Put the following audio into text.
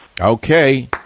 Okay